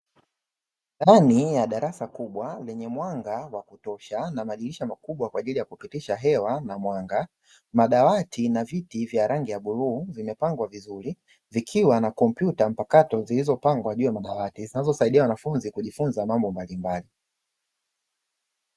Ndani ya darasa kubwa lenye mwanga wa kutosha na madirisha makubwa kwa ajili ya kupitisha hewa na mwanga, madawati na viti vya rangi ya bluu vimepangwa vizuri vikiwa na kompyuta mpakato zilizopangwa juu ya madawati zinazo saidia wanafunzi kujifunza mambo mbalimbali.